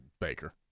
Baker